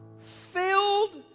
filled